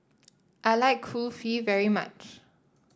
I like Kulfi very much